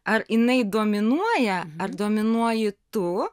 ar jinai dominuoja ar dominuoji tu